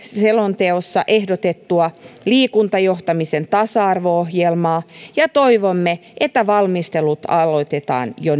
selonteossa ehdotettua liikuntajohtamisen tasa arvo ohjelmaa ja toivomme että valmistelut aloitetaan jo